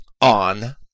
on